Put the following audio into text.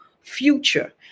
future